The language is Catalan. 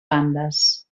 bandes